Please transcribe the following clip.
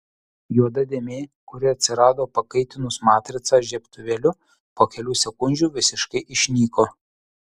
juoda dėmė kuri atsirado pakaitinus matricą žiebtuvėliu po kelių sekundžių visiškai išnyko